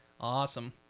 awesome